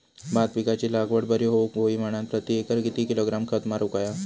भात पिकाची लागवड बरी होऊक होई म्हणान प्रति एकर किती किलोग्रॅम खत मारुक होया?